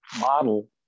model